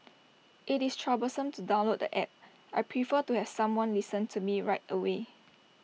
IT is troublesome to download the App I prefer to have someone listen to me right away